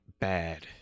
bad